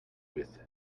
with